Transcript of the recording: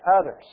others